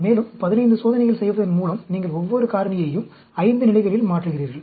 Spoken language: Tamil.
மேலும் 15 சோதனைகள் செய்வதன் மூலம் நீங்கள் ஒவ்வொரு காரணியையும் 5 நிலைகளில் மாற்றுகிறீர்கள்